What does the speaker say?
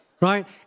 Right